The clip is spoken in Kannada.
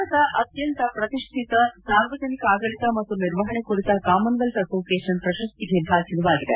ಭಾರತ ಅತ್ನಂತ ಪ್ರತಿಷ್ಠಿತ ಸಾರ್ವಜನಿಕ ಆಡಳಿತ ಮತ್ತು ನಿರ್ವಹಣೆ ಕುರಿತ ಕಾಮನ್ವೆಲ್ಲ್ ಅಸೋಸಿಯೇಷನ್ ಪ್ರಶಸ್ತಿಗೆ ಭಾಜನವಾಗಿದೆ